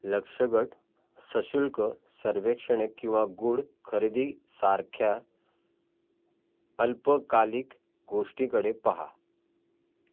लक्ष्यगट सशुल्क सर्वेक्षणे किंवा गूळ खरेदीसारख्या अल्पकालिक गोष्टीकडे पहा